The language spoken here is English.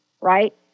right